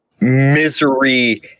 misery